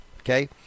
okay